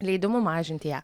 leidimu mažinti ją